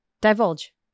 Divulge